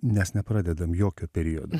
nes nepradedam jokio periodo